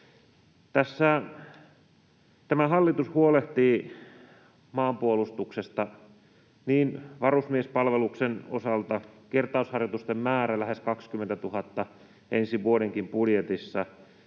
Tämä hallitus huolehtii maanpuolustuksesta varusmiespalveluksen osalta — kertausharjoitusten määrä on lähes 20 000 ensi vuodenkin budjetissa